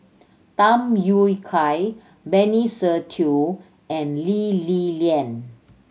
Tham Yui Kai Benny Se Teo and Lee Li Lian